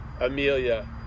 amelia